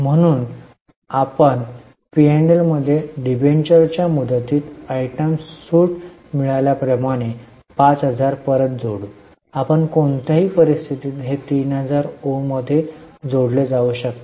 म्हणून आपण पी आणि एल मध्ये डिबेंचरच्या मुदतीत आयटम सूट मिळाल्या प्रमाणे 5000 परत जोडू आपण कोणत्याही परिस्थितीत हे 3000 ओ मध्ये जोडले जाऊ शकते